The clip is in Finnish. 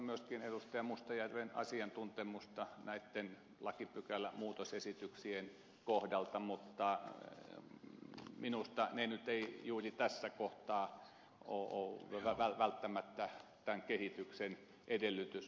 mustajärven asiantuntemusta näitten lakipykälämuutosesitysten kohdalta mutta minusta ne nyt eivät juuri tässä kohtaa ole välttämättä tämän kehityksen edellytys